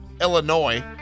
Illinois